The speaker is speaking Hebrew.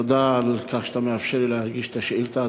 תודה על כך שאתה מאפשר לי להגיש את השאילתה.